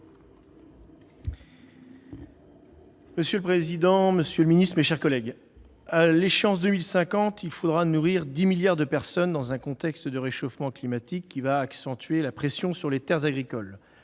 Monsieur le président, monsieur le ministre, mes chers collègues, à l'échéance de 2050, il faudra nourrir 10 milliards de personnes dans un contexte de réchauffement climatique qui va accentuer la pression sur les terres agricoles.